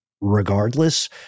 regardless